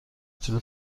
طول